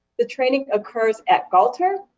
the training occurs at galter.